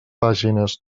pàgines